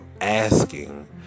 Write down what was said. asking